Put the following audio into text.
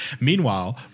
meanwhile